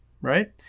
right